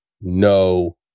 no